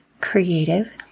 creative